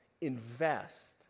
invest